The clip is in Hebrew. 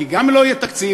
כי גם לא יהיה תקציב,